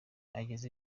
ageza